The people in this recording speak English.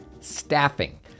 staffing